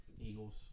Eagles